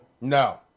No